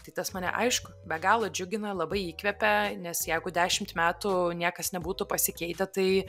tai tas mane aišku be galo džiugina labai įkvepia nes jeigu dešimt metų niekas nebūtų pasikeitę tai